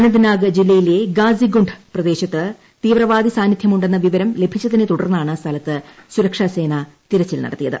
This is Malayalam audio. അനന്ദ്നാഗ് ജില്ലയിലെ ഗാസിഗുണ്ട് പ്രദേശത്ത് തീവ്രവാദി സാന്നിദ്ധ്യം ഉണ്ടെന്ന വിവരം ലഭിച്ചതിനെത്തുടർന്നാണ് സ്ഥലത്ത് സുരക്ഷാസേന തിരച്ചിൽ നടത്തിയത്